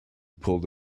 pulled